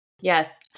Yes